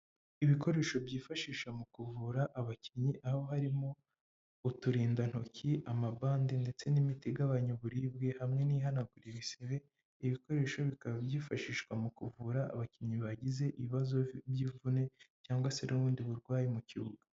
Ibikoresho byifashisha mu kuvura abakinnyi aho harimo uturindantoki, amabande, ndetse n'imiti igabanya uburibwe, hamwe n'ihanagura ibisebe, ibikoresho bikaba byifashishwa mu kuvura abakinnyi bagize ibibazo by'imvune, cyangwa se n'ubundi burwayi mu kibuga.